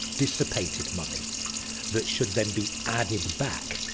dissipated! money that should then be added back,